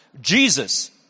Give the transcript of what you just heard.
Jesus